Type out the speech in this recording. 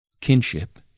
kinship